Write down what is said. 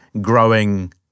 growing